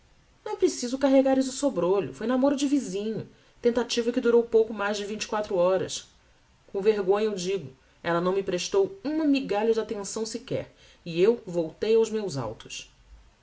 não é preciso carregares o sobr'olho foi namoro de visinho tentativa que durou pouco mais de vinte e quatro horas com vergonha o digo ella não me prestou uma migalha de attenção sequer e eu voltei aos meus autos